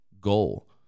goal